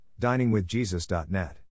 DiningWithJesus.net